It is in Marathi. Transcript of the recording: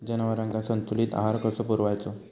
जनावरांका संतुलित आहार कसो पुरवायचो?